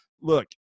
Look